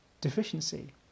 deficiency